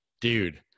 dude